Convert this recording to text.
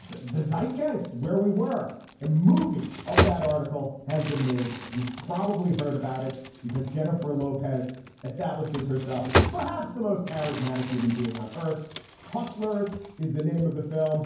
the the zeit geist where we were a movie of that article has been made. you've probably heard about it because jennifer lopez establishes herself as perhaps the most charismatic human being on earth hustlers is the name of the film.